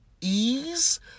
ease